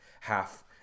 half